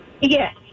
Yes